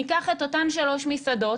ניקח את אותן שלוש מסעדות,